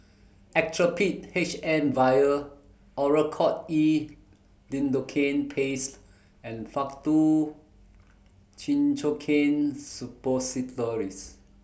Actrapid H M Vial Oracort E Lidocaine Paste and Faktu Cinchocaine Suppositories